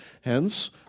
Hence